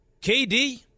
KD